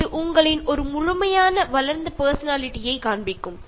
അത് നിങ്ങളെ വളരെ നല്ല ഒരു വ്യക്തിത്വമുള്ള ആളായി മാറാൻ സഹായിക്കുന്നു